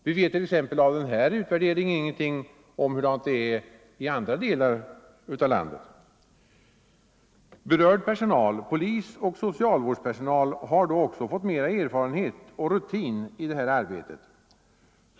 Vi vet genom denna utvärdering ingenting om hur det är i andra delar av landet. Berörd personal, polisoch socialvårdspersonal, har då fått mer erfarenhet och rutin i detta arbete.